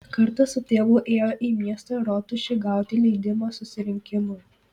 kartą su tėvu ėjo į miesto rotušę gauti leidimo susirinkimui